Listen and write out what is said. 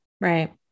right